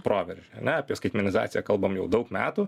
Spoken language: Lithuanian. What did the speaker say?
proveržiai ane apie skaitmenizaciją kalbam jau daug metų